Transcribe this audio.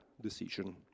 decision